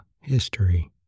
History